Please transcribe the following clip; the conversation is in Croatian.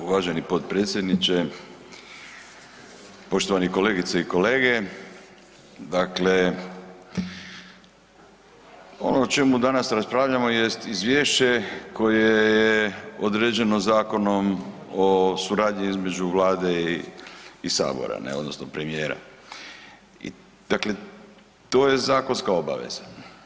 Uvaženi potpredsjedniče, poštovani kolegice i kolege, dakle ono o čemu danas raspravljamo jest izvješće koje je određeno zakonom o suradnji između Vlade i sabora, ne odnosno premijera, dakle to je zakonska obaveza.